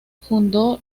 fundó